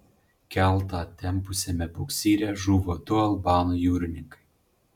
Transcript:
keltą tempusiame buksyre žuvo du albanų jūrininkai